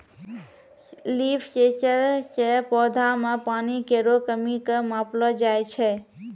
leaf sensor सें पौधा म पानी केरो कमी क मापलो जाय छै